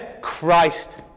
Christ